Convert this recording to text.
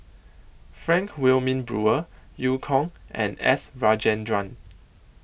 Frank Wilmin Brewer EU Kong and S Rajendran